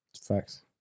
facts